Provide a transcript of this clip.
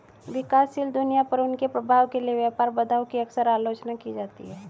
विकासशील दुनिया पर उनके प्रभाव के लिए व्यापार बाधाओं की अक्सर आलोचना की जाती है